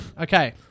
Okay